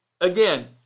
again